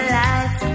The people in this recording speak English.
life